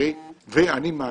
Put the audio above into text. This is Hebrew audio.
ואני מאמין,